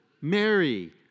Mary